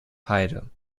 heide